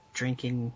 drinking